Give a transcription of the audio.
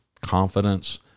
confidence